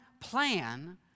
plan